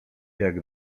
jak